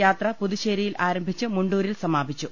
യാത്ര് പുതുശ്ശേരിയിൽ ആരംഭിച്ചു മുൂരിൽ സമാപിച്ചു